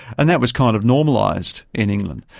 and that was kind of normalised in england.